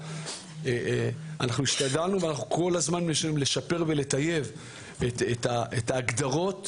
אנחנו השתדלנו ואנחנו כל הזמן מנסים לשפר ולטייב את ההגדרות